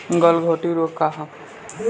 गलघोंटु रोग का होला?